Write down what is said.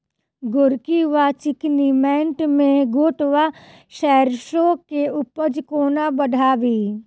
गोरकी वा चिकनी मैंट मे गोट वा सैरसो केँ उपज कोना बढ़ाबी?